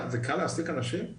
זה קל להעסיק אנשים?